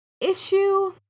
issue